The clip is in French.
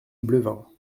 bleunven